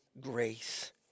grace